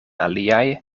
aliaj